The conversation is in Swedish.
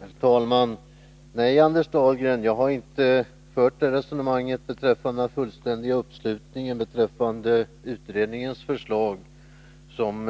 Herr talman! Nej, Anders Dahlgren, jag har inte fört resonemanget om den fullständiga uppslutningen kring utredningens förslag som